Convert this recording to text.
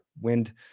wind